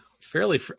fairly